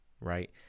right